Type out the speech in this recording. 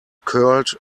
curled